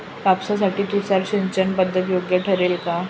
कापसासाठी तुषार सिंचनपद्धती योग्य ठरेल का?